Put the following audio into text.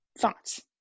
thoughts